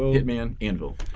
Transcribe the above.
hit man anvil.